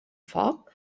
foc